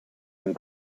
and